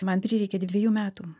man prireikė dviejų metų